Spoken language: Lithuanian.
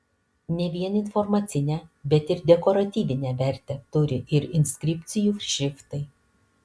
ne vien informacinę bet ir dekoratyvinę vertę turi ir inskripcijų šriftai